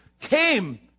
came